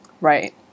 Right